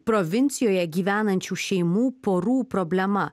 provincijoje gyvenančių šeimų porų problema